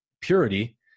purity